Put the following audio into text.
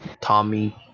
Tommy